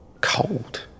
cold